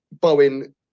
Bowen